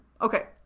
Okay